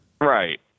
Right